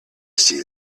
see